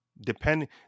depending